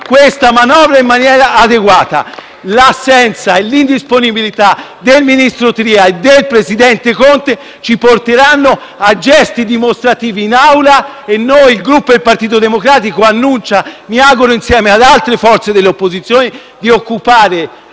approfondimenti, in maniera adeguata. L'assenza e l'indisponibilità del ministro Tria e del presidente Conte ci porteranno a gesti dimostrativi in Aula; quindi, il Gruppo Partito Democratico annuncia - mi auguro insieme ad altre forze dell'opposizione - di occupare